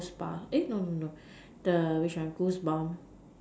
spa eh no no no the which one goosebumps